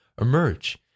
emerge